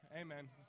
amen